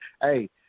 Hey